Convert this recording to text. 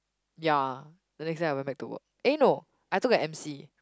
ya the next day I went back to work eh no I took a M_C